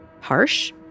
Harsh